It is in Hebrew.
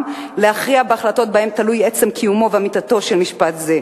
להכריע בהחלטות שבהן תלוי עצם קיומו ואמיתותו של משפט זה.